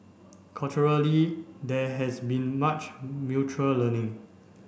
culturally there has been much mutual learning